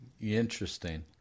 Interesting